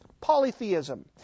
polytheism